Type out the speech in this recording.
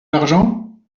l’argent